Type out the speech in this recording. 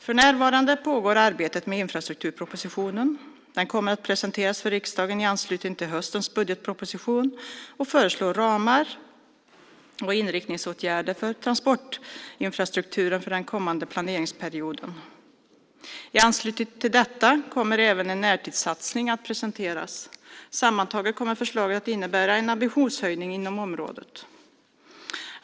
För närvarande pågår arbetet med infrastrukturpropositionen. Den kommer att presenteras för riksdagen i anslutning till höstens budgetproposition och föreslå ramar och inriktningsåtgärder för transportinfrastrukturen för den kommande planeringsperioden. I anslutning till detta kommer även en närtidssatsning att presenteras. Sammantaget kommer förslagen att innebära en ambitionshöjning inom området.